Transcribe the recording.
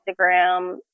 Instagram